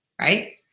right